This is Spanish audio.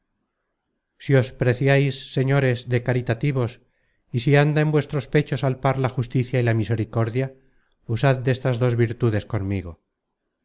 si os preciais señores de caritativos y si anda en vuestros pechos al par la justicia y la misericordia usad destas dos virtudes conmigo